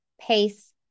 pace